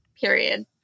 period